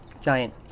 giant